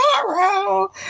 tomorrow